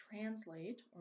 translate